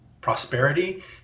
prosperity